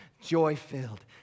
joy-filled